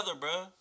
bro